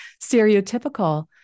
stereotypical